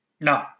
No